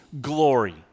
glory